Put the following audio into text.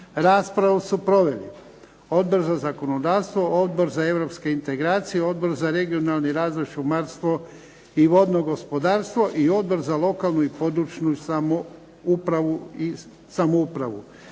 Raspravu su proveli: Odbor za zakonodavstvo, Odbor za europske integracije, Odbor za regionalni razvoj, šumarstvo i vodno gospodarstvo i Odbor za lokalnu i područnu samoupravu.